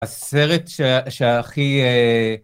הסרט שהכי...